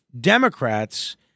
Democrats